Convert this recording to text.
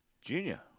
Junior